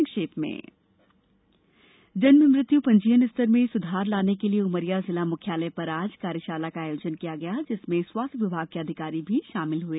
संक्षिप्त समाचार जन्म मृत्यु पंजीयन स्तर में सुधार लाने के लिए उमरिया जिला मुख्यालय पर आज कार्यशाला का आयोजन किया गया जिसमें स्वास्थ्य विभाग के अधिकारी भी सम्मिलित हुए